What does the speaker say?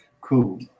Cool